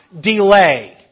delay